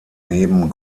neben